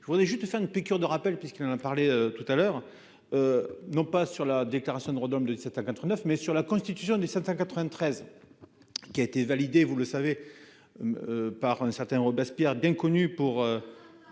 Je voudrais juste faire une piqûre de rappel, puisqu'on en a parlé tout à l'heure. Non pas sur la déclaration Norodom de 1789 mais sur la constitution des 793. Qui a été validé, vous le savez. Par un certain Robespierre d'inconnus pour.